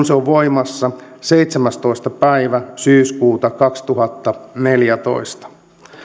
se on voimassa seitsemästoista päivä syyskuuta kaksituhattaneljätoista